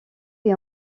est